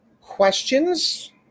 questions